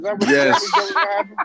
Yes